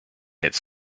its